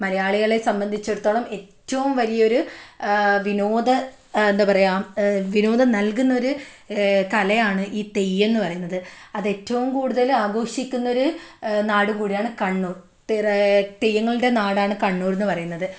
മലയാളികളെ സംബന്ധിച്ചിടത്തോളം ഏറ്റവും വലിയൊരു വിനോദ എന്താ പറയുക വിനോദം നൽകുന്ന ഒരു കലയാണ് ഈ തെയ്യം എന്ന് പറയുന്നത് അത് ഏറ്റവും കൂടുതൽ ആഘോഷിക്കുന്നൊരു നാടും കൂടിയാണ് കണ്ണൂർ തിറ തെയ്യങ്ങളുടെ നാടാണ് കണ്ണൂർ എന്ന് പറയുന്നത്